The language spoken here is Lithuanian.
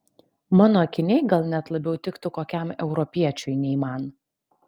mano akiniai gal net labiau tiktų kokiam europiečiui nei man